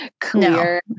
clear